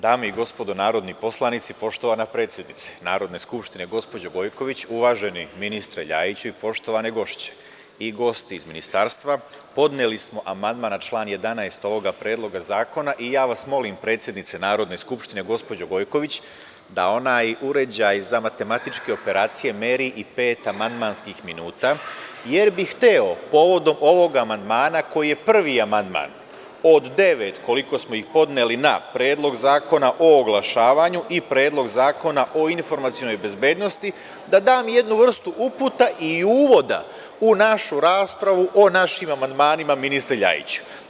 Dame i gospodo narodni poslanici, poštovana predsednice Narodne skupštine gospođo Gojković, uvaženi ministre Ljajiću i poštovane gošće i gosti iz Ministarstva, podneli smo amandman na član 11. ovoga predloga zakona i ja vas molim, predsednice Narodne skupštine, gospođo Gojković, da onaj uređaj za matematičke operacije meri i pet amandmanskih minuta, jer bih hteo povodom ovog amandmana, koji je prvi amandman od devet koliko smo ih podneli na Predlog zakona o oglašavanju i Predlog zakona o informacionoj bezbednosti, da dam jednu vrstu uputa i uvoda u našu raspravu o našim amandmanima, ministre Ljajiću.